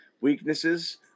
weaknesses